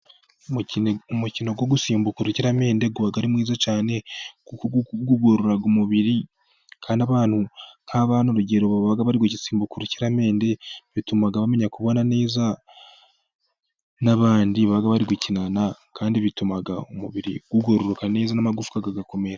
Umukino wo gusimbuka urukiramende uba ari mwiza cyane, kuko ugorora umubiri kandi abantu nk'abana urugero baba bari gusimbuka urukiramende, bituma bamenya kubana neza n'abandi baba bari gukinana, kandi bituma umubiri ugororoka neza n'amagufwa ugakomera.